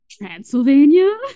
Transylvania